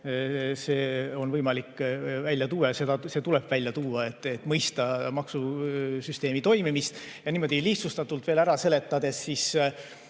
see on võimalik välja tuua ja see tuleb välja tuua, et mõista maksusüsteemi toimimist. Kui niimoodi lihtsustatult veel ära seletada, siis